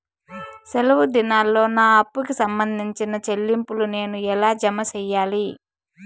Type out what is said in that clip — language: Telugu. సెలవు దినాల్లో నా అప్పుకి సంబంధించిన చెల్లింపులు నేను ఎలా జామ సెయ్యాలి?